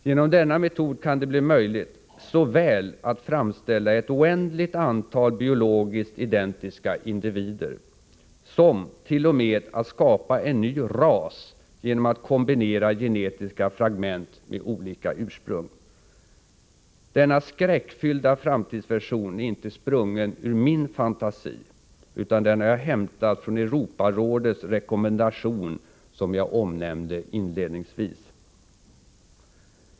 Genom denna metod kan det bli möjligt såväl att framställa ett oändligt antal biologiskt identiska individer somt.o.m. att skapa en ny ras genom att kombinera genetiska fragment med olika ursprung. Denna skräckfyllda framtidsvision är inte sprungen ur min fantasi, utan den har jag hämtat från Europarådets rekommendation, som jag omnämnde inledningsvis.